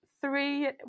three